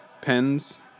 pens